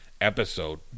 episode